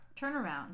turnaround